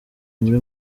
muri